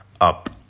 up